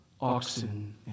oxen